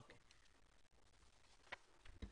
אוקיי.